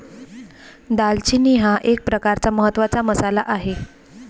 दालचिनी हा एक प्रकारचा महत्त्वाचा मसाला आहे